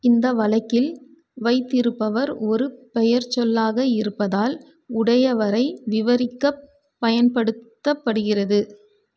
இந்த வழக்கில் வைத்திருப்பவர் ஒரு பெயர்ச்சொல்லாக இருப்பதால் உடையவரை விவரிக்க பயன்படுத்தப்படுகிறது